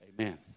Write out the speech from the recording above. Amen